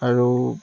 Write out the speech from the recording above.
আৰু